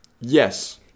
Yes